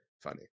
funny